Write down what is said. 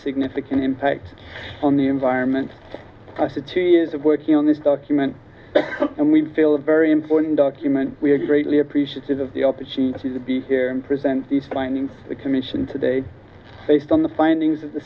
significant impact on the environment i said two years of working on this document and we feel a very important document we are greatly appreciative of the op is she has to be here and present these findings the commission today based on the findings